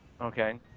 okay